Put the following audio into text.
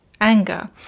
anger